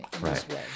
Right